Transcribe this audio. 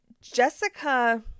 Jessica